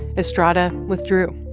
estrada withdrew.